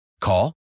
Call